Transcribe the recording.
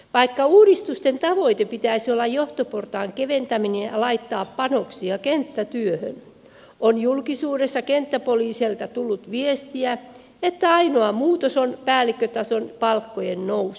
vaikka uudistusten tavoitteena pitäisi olla keventää johtoporrasta ja laittaa panoksia kenttätyöhön on julkisuudessa kenttäpoliiseilta tullut viestiä että ainoa muutos on päällikkötason palkkojen nousu